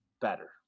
better